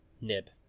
nib